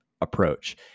approach